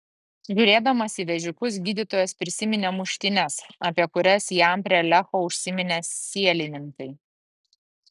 žiūrėdamas į vežikus gydytojas prisiminė muštynes apie kurias jam prie lecho užsiminė sielininkai